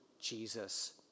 Jesus